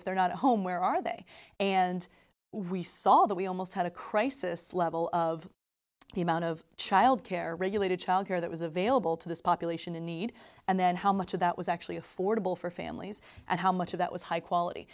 if they're not home where are they and we saw that we almost had a crisis level of the amount of childcare regulated childcare that was available to this population in need and then how much of that was actually affordable for families and how much of that was high quality